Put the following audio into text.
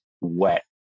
wet